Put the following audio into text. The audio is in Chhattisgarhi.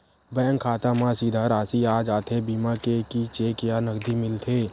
बैंक खाता मा सीधा राशि आ जाथे बीमा के कि चेक या नकदी मिलथे?